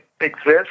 exists